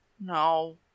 No